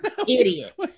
idiot